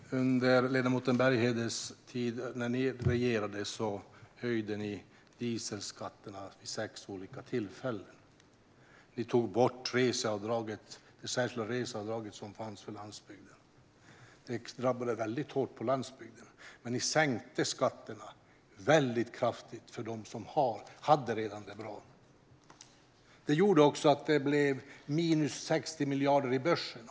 Fru talman! När ledamoten Berghedens parti regerade höjde ni dieselskatten vid sex olika tillfällen. Ni tog bort det särskilda reseavdraget som fanns för landsbygden, vilket drabbade landsbygden väldigt hårt. Ni sänkte skatterna väldigt kraftigt för dem som redan hade det bra. Det gjorde också att det blev minus 60 miljarder i börsen.